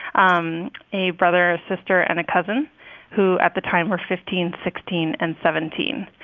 um a brother, a sister and a cousin who at the time were fifteen, sixteen and seventeen.